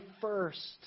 first